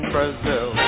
Brazil